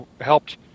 helped